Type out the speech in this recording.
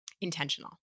intentional